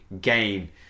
gain